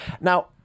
Now